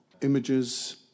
images